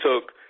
took